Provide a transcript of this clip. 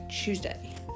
Tuesday